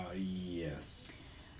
Yes